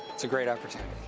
it's a great opportunity.